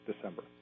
December